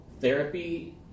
therapy